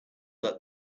that